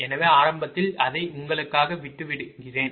எனவே ஆரம்பத்தில் அதை உங்களுக்காக விட்டுவிடுகிறேன்